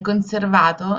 conservato